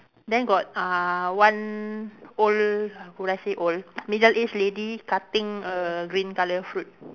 then got uh one old would I say old middle aged lady cutting a green colour fruit